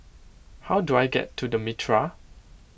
how do I get to the Mitraa